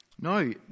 No